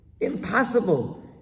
Impossible